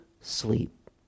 sleep